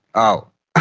oh,